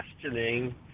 questioning